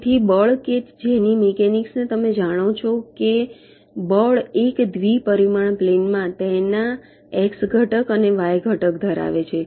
તેથી બળ કે જેની મિકેનિક્સને તમે જાણો છો તે બળ એક દ્વિ પરિમાણ પ્લેનમાં તેના એક્સ ઘટક અને વાય ઘટક ધરાવે છે